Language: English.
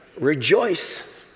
rejoice